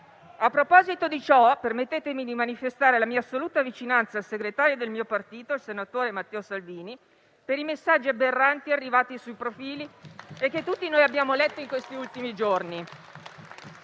A proposito di ciò, permettetemi di manifestare la mia assoluta vicinanza al segretario del mio partito, senatore Matteo Salvini, per i messaggi aberranti arrivati sui profili e che tutti noi abbiamo letto in questi ultimi giorni.